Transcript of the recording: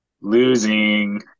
Losing